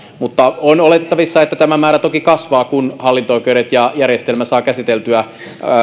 mutta on toki oletettavissa että tämä määrä kasvaa kun hallinto oikeudet ja järjestelmä saavat käsiteltyä